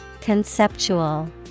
Conceptual